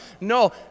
No